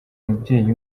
umubyeyi